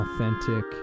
authentic